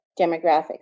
demographics